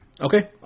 Okay